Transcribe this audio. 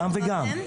לא אתם?